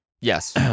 Yes